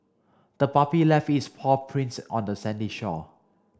the puppy left its paw prints on the sandy shore